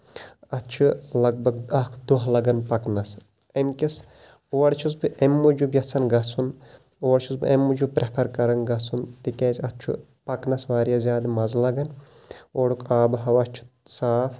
اَتھ چھُ لگ بگ اکھ دۄہ لَگان پَکنَس اَمہِ کِس اور چھُس بہٕ اَمہِ موٗجوٗب یَژھان گژھُن اور چھُس بہٕ اَمہِ موٗجوٗب پرٮ۪فر کران گژھُن تِکیازِ اَتھ چھُ پَکنَس واریاہ زیادٕ مَزٕ لَگان اورُک آبہٕ ہوا چھُ صاف